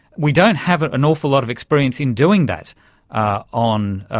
we don't have an an awful lot of experience in doing that on,